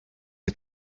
est